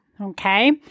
Okay